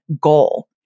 goal